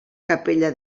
capella